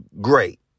great